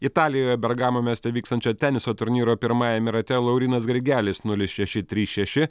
italijoje bergamo mieste vykstančio teniso turnyro pirmajame rate laurynas grigelis nulis šeši trys šeši